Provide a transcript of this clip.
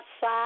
side